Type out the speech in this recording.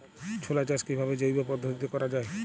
ছোলা চাষ কিভাবে জৈব পদ্ধতিতে করা যায়?